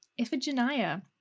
Iphigenia